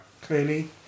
clearly